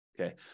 okay